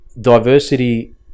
diversity